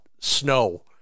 snow